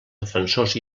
defensors